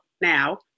Now